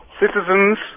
citizens